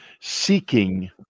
seeking